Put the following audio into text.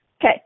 Okay